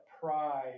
pride